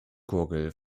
gurgel